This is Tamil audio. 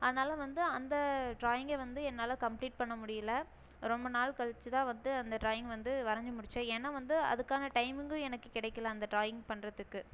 அதனால் வந்து அந்த ட்ராயிங்கை வந்து என்னால கம்ப்ளீட் பண்ண முடியலை ரொம்ப நாள் கழித்துதான் வந்து அந்த ட்ராயிங்கை வந்து வரைஞ்சு முடித்தேன் ஏன்னா வந்து அதுக்கான டைமிங்கும் எனக்கு கிடைக்கல அந்த ட்ராயிங் பண்றத்துக்கு